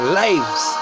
lives